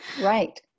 right